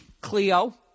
Cleo